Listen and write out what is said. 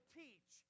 teach